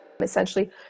essentially